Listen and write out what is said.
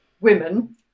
women